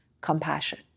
compassion